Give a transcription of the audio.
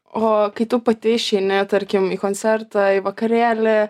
o kai tu pati išeini tarkim į koncertą į vakarėlį